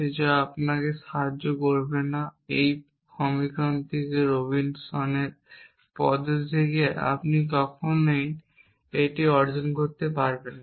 যা আপনাকে সাহায্য করবে না এই সমীকরণ থেকে রবিনসনের পদ্ধতি থেকে আপনি কখনই এটি অর্জন করতে পারবেন না